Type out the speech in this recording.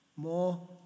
more